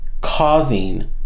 causing